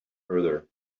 further